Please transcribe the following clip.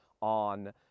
on